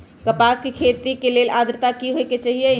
कपास के खेती के लेल अद्रता की होए के चहिऐई?